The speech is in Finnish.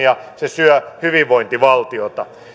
mahdollisuutta toimia se syö hyvinvointivaltiota